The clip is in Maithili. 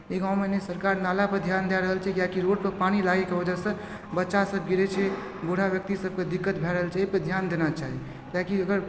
ई गाँवमे ने सरकार नालापर ध्यान दए रहल छै कियाकि रोडपर पानि लागैके वजहसँ बच्चा सब गिरै छै बूढ़ा व्यक्ति सबके दिक्क्त भए रहल छै एहिपर ध्यान देना चाही कियाकि एहिपर